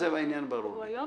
העניין ברור לי.